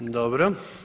Dobro.